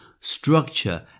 structure